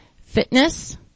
fitness